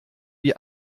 wie